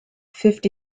fifty